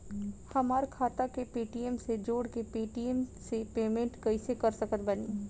हमार खाता के पेटीएम से जोड़ के पेटीएम से पेमेंट कइसे कर सकत बानी?